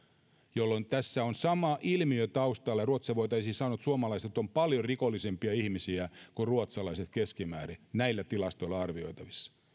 jolloin tässä on sama ilmiö taustalla ruotsissa voitaisiin sanoa että suomalaiset ovat paljon rikollisempia ihmisiä kuin ruotsalaiset keskimäärin näillä tilastoilla arvioitaessa